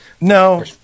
no